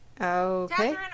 Okay